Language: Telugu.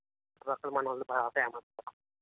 చుట్టుపక్కల మన వాళ్ళు బాగా ఫేమస్ సార్